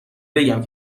بگم